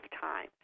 time